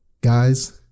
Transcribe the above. guys